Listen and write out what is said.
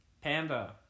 Panda